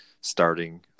starting